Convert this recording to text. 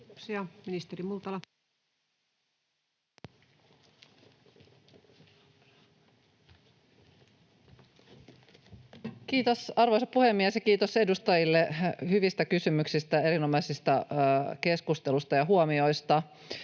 Kiitos, arvoisa puhemies! Ja kiitos edustajille hyvistä kysymyksistä, erinomaisesta keskustelusta ja huomioista.